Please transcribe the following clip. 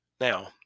Now